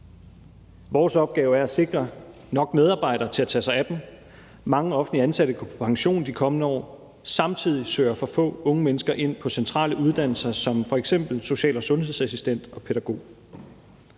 Vores opgave er at sikre nok medarbejdere til at tage sig af dem. Mange offentligt ansatte går på pension i de kommende år, og samtidig søger for få unge mennesker ind på centrale uddannelser som f.eks. social- og sundhedsassistentuddannelsen